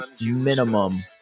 minimum